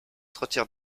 retire